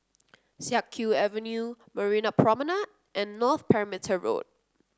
Siak Kew Avenue Marina Promenade and North Perimeter Road